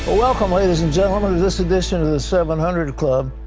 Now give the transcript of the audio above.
ah welcome, ladies and gentlemen, to this edition of the seven hundred club.